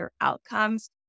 outcomes